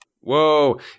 Whoa